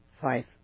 five